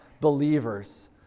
believers